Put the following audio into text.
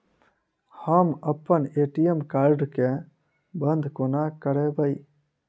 हम अप्पन ATM card केँ बंद कोना करेबै?